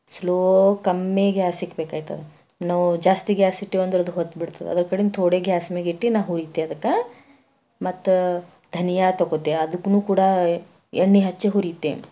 slow ಕಮ್ಮಿ gas ಇಕ್ಬೇಕಾಯ್ತದ ನೋ ಜಾಸ್ತಿ ಗ್ಯಾಸ್ ಇಟ್ವಿ ಅಂದ್ರೆ ಅದು ಹೊತ್ಬಿಡ್ತದ ಅದರ ಕಡಿಂದ ತೊಡೆ ಗ್ಯಾಸ್ ಮ್ಯಾಗ ಇಟ್ಟು ನಾನು ಹುರೀತೆ ಗೊತ್ತಾ ಮತ್ತು ಧನಿಯಾ ತೊಗೊಳ್ತೆ ಅದಕ್ಕೂ ಕೂಡ ಎಣ್ಣೆ ಹಚ್ಚಿ ಹುರಿತೆ